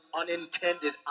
unintended